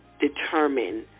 determine